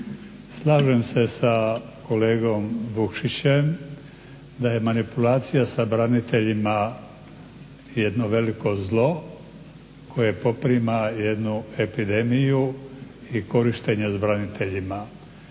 Slažem se sa kolegom Vukšićem da je manipulacija sa braniteljima jedno veliko zlo koje poprima jednu epidemiju i korištenje s braniteljima